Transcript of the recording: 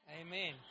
Amen